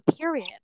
period